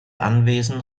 anwesen